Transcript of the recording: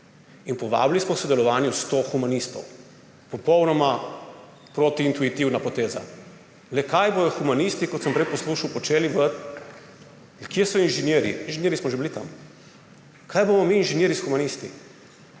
in povabili smo k sodelovanju 100 humanistov, popolnoma protiintuitivna poteza. Le kaj bodo humanisti, kot sem prej poslušal, počeli v… kje so inženirji? Inženirji smo že bili tam. Kaj bomo mi inženirji s humanisti?